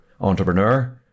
entrepreneur